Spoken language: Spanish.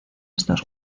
estos